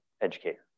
educator